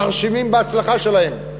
הם מרשימים בהצלחה שלהם.